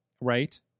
Right